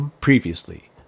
Previously